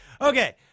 okay